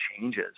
changes